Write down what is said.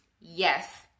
Yes